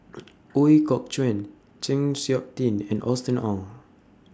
Ooi Kok Chuen Chng Seok Tin and Austen Ong